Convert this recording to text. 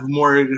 more